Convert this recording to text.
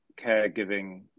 caregiving